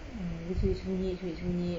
hmm dia sembunyi-sembunyi